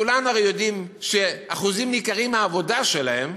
כולם הרי יודעים שאחוזים ניכרים מהעבודה שלהם